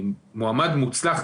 מועמד מוצלח.